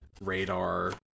radar